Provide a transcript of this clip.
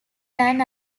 than